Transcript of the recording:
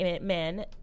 men